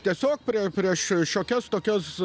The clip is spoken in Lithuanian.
tiesiog pri prieš šiokias tokias